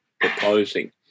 proposing